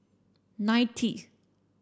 ninetieth